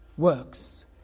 works